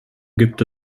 gibt